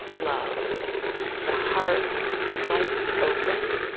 love the heart sliced open,